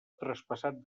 traspassat